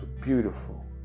beautiful